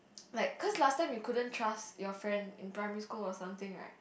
like cause last time you couldn't trust your friend in primary school or something right